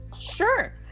Sure